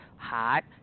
hot